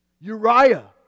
Uriah